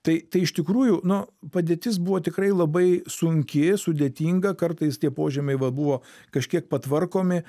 tai tai iš tikrųjų nu padėtis buvo tikrai labai sunki sudėtinga kartais tie požemiai va buvo kažkiek patvarkomi